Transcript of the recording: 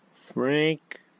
Frank